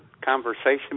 conversation